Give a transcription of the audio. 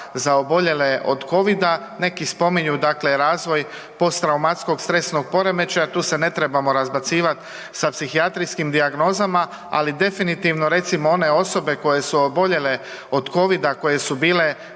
za oboljele od Covida, neki spominju dakle razvoj posttraumatskog stresnog poremećaja tu se ne trebamo razbacivati sa psihijatrijskih dijagnozama, ali definitivno recimo one osobe koje su oboljele od Covida, koje su bile